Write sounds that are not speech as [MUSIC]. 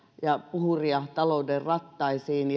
ja puhuria talouden rattaisiin [UNINTELLIGIBLE]